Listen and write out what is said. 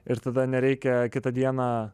ir tada nereikia kitą dieną